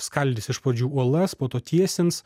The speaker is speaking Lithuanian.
skaldys iš pradžių uolas po to tiesins